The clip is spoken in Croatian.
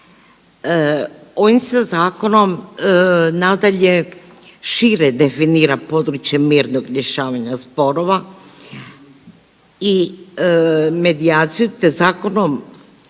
Ovim se zakonom nadalje šire definira područje mirnog rješavanja sporova i medijaciju te zakonom